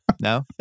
No